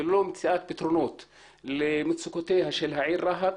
וללא מציאת פתרונות למצוקותיה של העיר רהט,